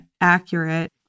accurate